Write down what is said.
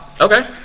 Okay